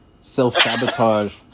self-sabotage